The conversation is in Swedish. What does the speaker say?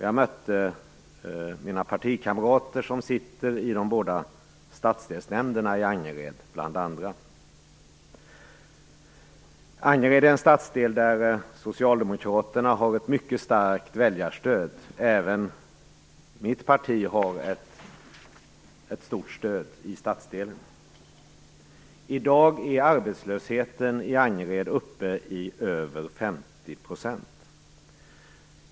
Jag mötte mina partikamrater som sitter i de båda stadsdelsnämnderna i Angered. Angered är en stadsdel där Socialdemokraterna har ett mycket starkt väljarstöd, och även mitt parti har ett stort stöd i stadsdelen. I dag är arbetslösheten i Angered uppe i över 50 %.